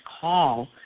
call